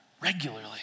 regularly